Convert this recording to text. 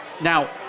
Now